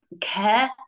care